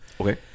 Okay